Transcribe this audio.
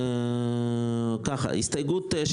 הסתייגות 9